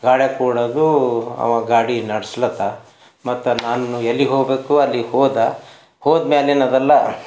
ಗಾಡ್ಯಾಗ ಕೂಡೋದು ಅವ ಗಾಡಿ ನಡಿಸ್ಲತ್ತಾ ಮತ್ತು ನಾನು ಎಲ್ಲಿಗೆ ಹೋಗಬೇಕು ಅಲ್ಲಿಗೆ ಹೋದ ಹೋದ್ಮ್ಯಾಲಿಂದ ಅದೆಲ್ಲ